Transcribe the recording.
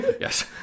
Yes